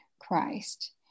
Christ